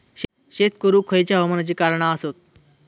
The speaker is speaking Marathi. शेत करुक खयच्या हवामानाची कारणा आसत?